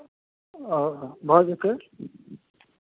ओ भऽ जेतै